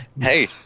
Hey